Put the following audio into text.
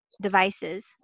devices